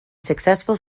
successful